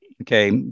okay